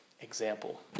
example